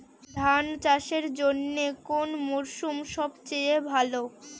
ধান চাষের জন্যে কোন মরশুম সবচেয়ে ভালো?